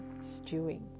stewing